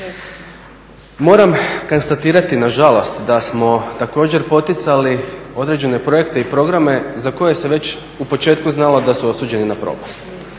Moram konstatirati na žalost da smo također poticali određene projekte i programe za koje se već u početku znalo da su osuđeni na propast.